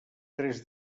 tres